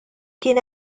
kien